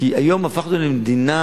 כי היום הפכנו למדינה